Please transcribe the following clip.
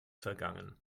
vergangen